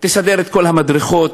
תסדר את כל המדרכות,